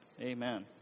amen